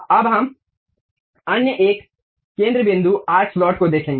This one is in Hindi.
अब हम अन्य एक केंद्र बिंदु आर्क स्लॉट को देखेंगे